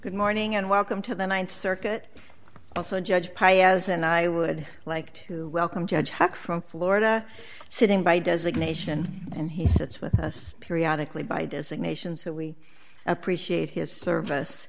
good morning and welcome to the th circuit also judge paez and i would like to welcome judge had from florida sitting by designation and he sits with us periodically by designations that we appreciate his service